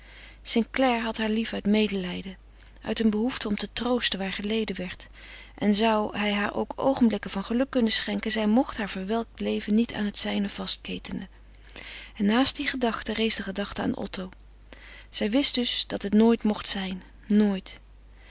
clare had haar lief uit medelijden uit een behoefte om te troosten waar geleden werd en zou hij haar ook oogenblikken van geluk kunnen schenken zij mocht haar verwelkt leven niet aan het zijne vastketenen en naast die gedachte rees de gedachte aan otto zij wist dus dat het nooit mocht zijn nooit